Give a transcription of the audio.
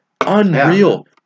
Unreal